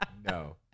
No